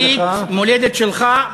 מולדת שלך,